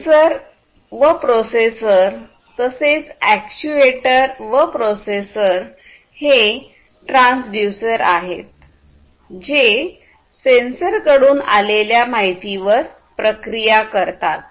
sensor व processor तसेच actuator व प्रोसेसर हे ट्रान्सड्यूसरआहेत जे सेन्सर कडून आलेल्या माहितीवर प्रक्रिया करतात